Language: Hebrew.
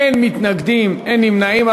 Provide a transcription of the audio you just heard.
אין מתנגדים, אין נמנעים.